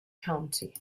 county